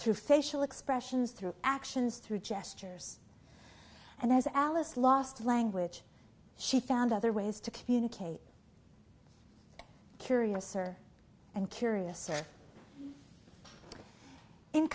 through facial expressions through actions through gestures and as alice lost language she found other ways to communicate curiouser and curious